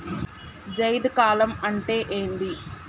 జైద్ కాలం అంటే ఏంది?